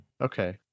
Okay